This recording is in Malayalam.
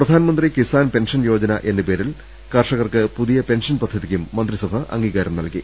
പ്രധാനമന്ത്രി കിസാൻ പെൻഷൻ യോജന എന്ന പേരിൽ കർഷകർക്ക് പുതിയ പെൻഷൻ പദ്ധതിക്കും മന്ത്രിസഭ അംഗീകാരം നൽകി